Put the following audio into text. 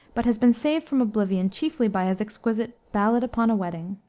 but has been saved from oblivion chiefly by his exquisite ballad upon a wedding.